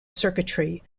circuitry